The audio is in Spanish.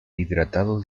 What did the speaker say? hidratado